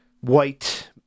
white